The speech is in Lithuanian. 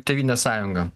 tėvynės sąjunga